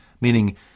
meaning